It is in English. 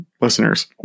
listeners